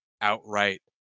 outright